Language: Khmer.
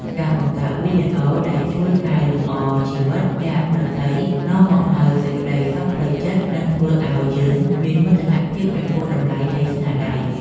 ការបង្កើតវីដេអូដែលជួយកែលម្អជីវិតអ្នកដទៃនាំមកនូវសេចក្ដីសុខផ្លូវចិត្ត និង ធ្វើឱ្យយើងមានមោទនភាពចំពោះតម្លៃនៃស្នាដៃ។